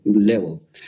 level